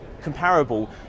comparable